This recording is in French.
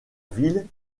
ville